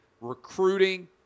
recruiting